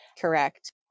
Correct